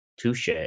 Touche